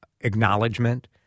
acknowledgement